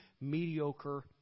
mediocre